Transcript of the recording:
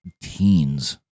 teens